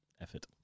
Effort